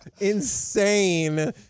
insane